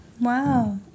wow